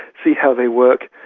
see how they work,